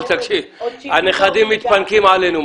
הנכדים מתפנקים עלינו,